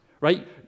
right